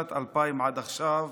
ומשנת 2000 עד עכשיו